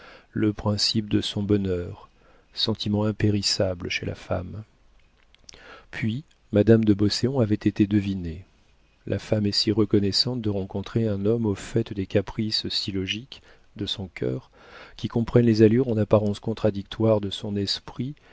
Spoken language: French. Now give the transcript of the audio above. le principe de son bonheur sentiment impérissable chez la femme puis madame de beauséant avait été devinée la femme est si reconnaissante de rencontrer un homme au fait des caprices si logiques de son cœur qui comprenne les allures en apparence contradictoires de son esprit